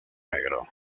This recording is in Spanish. negro